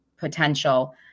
potential